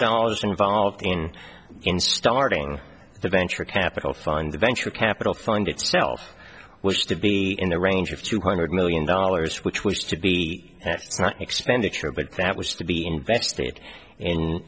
dollars involved in in starting the venture capital fund the venture capital fund itself was to be in the range of two hundred million dollars which was to be expenditure but that was to be invested in